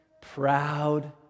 proud